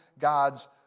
God's